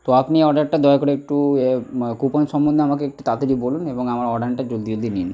তো আপনি অর্ডারটা দয়া করে একটু কুপন সম্বন্ধে আমাকে একটু তাড়াতাড়ি বলুন এবং আমার অর্ডারটা জলদি জলদি দিয়ে নিন